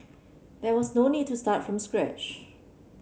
there was no need to start from scratch